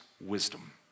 wisdom